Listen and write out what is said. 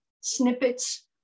snippets